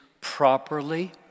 properly